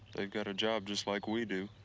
they've got a job just like we do.